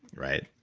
right?